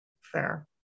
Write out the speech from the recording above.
Fair